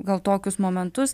gal tokius momentus